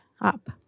up